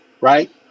right